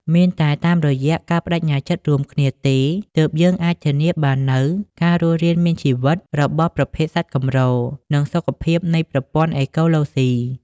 មានតែតាមរយៈការប្ដេជ្ញាចិត្តរួមគ្នាទេ ទើបយើងអាចធានាបាននូវការរស់រានមានជីវិតរបស់ប្រភេទសត្វកម្រ និងសុខភាពនៃប្រព័ន្ធអេកូឡូស៊ី។